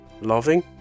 loving